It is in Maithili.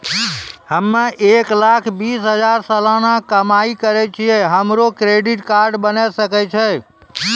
हम्मय एक लाख बीस हजार सलाना कमाई करे छियै, हमरो क्रेडिट कार्ड बने सकय छै?